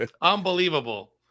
Unbelievable